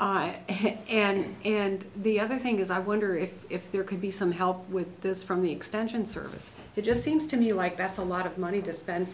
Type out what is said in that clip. i have and and the other thing is i wonder if if there could be some help with this from the extension service it just seems to me like that's a lot of money to spend